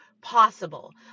possible